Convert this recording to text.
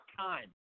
time